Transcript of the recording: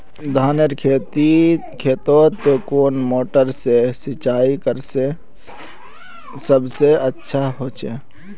धानेर खेतोत कुन मोटर से सिंचाई सबसे अच्छा होचए?